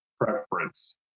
preference